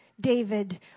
David